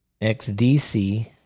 XDC